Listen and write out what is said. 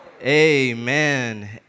Amen